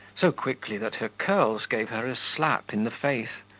so quickly that her curls gave her a slap in the face,